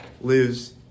lives